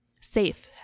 safe